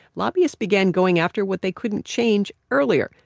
lobbyists began going after what they couldn't change earlier,